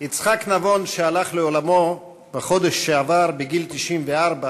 יצחק נבון, שהלך לעולמו בחודש שעבר בגיל 94,